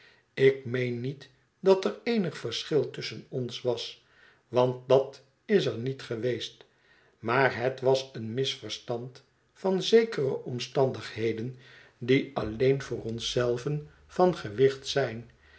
ik meen niet dat er eenig verschil tusschen ons was want dat is er niet geweest maar het was een misverstand van zekere omstandigheden die alleen voor ons zelven van gewicht zijn